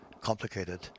complicated